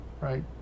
right